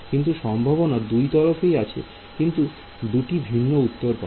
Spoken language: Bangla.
কিন্তু সম্ভাবনা দুই তরফেই আছে কিন্তু দুটি ভিন্ন উত্তর পাবো